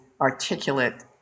articulate